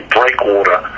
breakwater